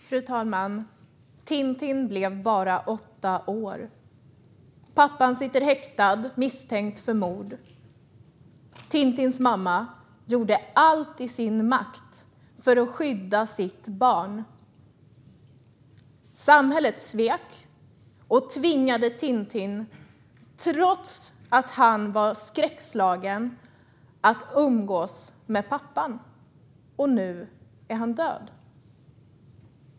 Fru talman! Tintin blev bara åtta år. Pappan sitter häktad misstänkt för mord. Tintins mamma gjorde allt i sin makt för att skydda sitt barn. Samhället svek och tvingade Tintin, trots att han var skräckslagen, att umgås med pappan. Och nu är han död.